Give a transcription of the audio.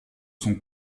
son